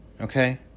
Okay